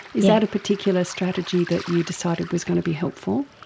is that a particular strategy that you decided was going to be helpful?